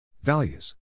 Values